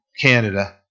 Canada